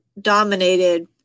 dominated